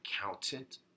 accountant